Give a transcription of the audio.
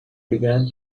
began